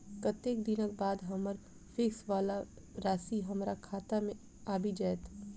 कत्तेक दिनक बाद हम्मर फिक्स वला राशि हमरा खाता मे आबि जैत?